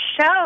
show